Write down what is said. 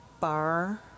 bar